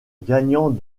gagnant